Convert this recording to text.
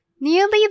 nearly